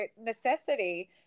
necessity